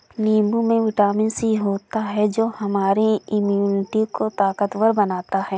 नींबू में vitamin C होता है जो हमारे इम्यूनिटी को ताकतवर बनाता है